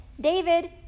David